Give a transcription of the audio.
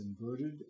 inverted